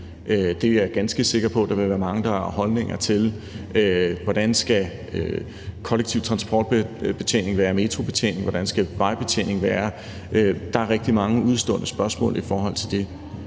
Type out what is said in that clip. det er jeg ganske sikker på at der vil være mange der har holdninger til – hvordan skal den kollektive transportbetjening, metrobetjeningen, være, og hvordan skal vejbetjeningen være? Der er rigtig mange udestående spørgsmål i forhold til det,